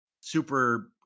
super